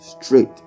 straight